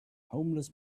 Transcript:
homeless